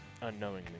unknowingly